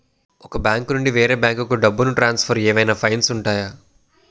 ఒక బ్యాంకు నుండి వేరే బ్యాంకుకు డబ్బును ట్రాన్సఫర్ ఏవైనా ఫైన్స్ ఉంటాయా?